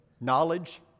knowledge